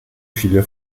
viele